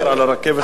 על הרכבת הקלה?